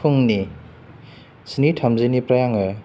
फुंनि स्नि थामजिनिफ्राय आङो